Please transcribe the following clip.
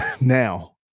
now